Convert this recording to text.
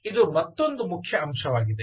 ಇದು ಮತ್ತೊಂದು ಮುಖ್ಯ ಅಂಶವಾಗಿದೆ